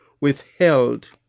withheld